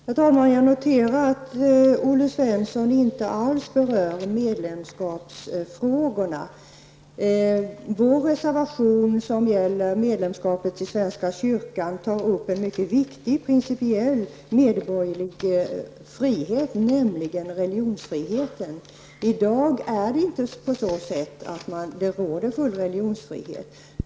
Herr talman! Jag noterar att Olle Svensson inte alls berör medlemskapsfrågorna. Vår reservation som gäller medlemskapet i svenska kyrkan tar upp en mycket viktig principiell medborgerlig frihet, nämligen religionsfriheten. I dag råder inte full religionsfrihet.